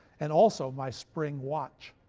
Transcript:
and also my spring watch.